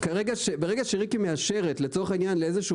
שברגע שריקי מאשרת לצורך העניין לאיזה שהוא